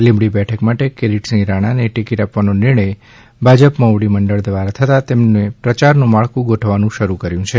લીંબડી બેઠક માટે કિરીટસિંહ રાણાને ટિકિટ આપવાનો નિર્ણય ભાજપ મોવડી મંડળ દ્વારા થતાં તેમણે પ્રચારનું માળખું ગોઠવાનુ શરૂ કરી દીધું છે